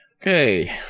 Okay